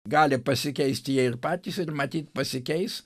gali pasikeisti jie ir patys ir matyt pasikeis